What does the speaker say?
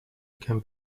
can